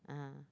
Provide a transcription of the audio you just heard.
(uh huh)